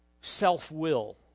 self-will